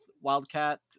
wildcat